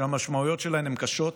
שהמשמעויות שלהן הן קשות,